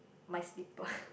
my slipper